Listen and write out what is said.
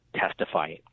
testify